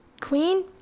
Queen